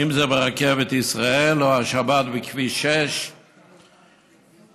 אם זה ברכבת ישראל או בשבת בכביש 6. רבותיי,